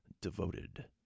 Devoted